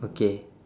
okay